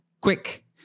quick